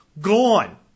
gone